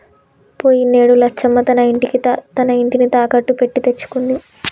పోయినేడు లచ్చమ్మ తన ఇంటిని తాకట్టు పెట్టి తెచ్చుకుంది